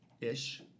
ish